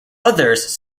others